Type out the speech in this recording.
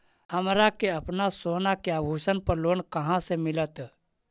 हमरा के अपना सोना के आभूषण पर लोन कहाँ से मिलत?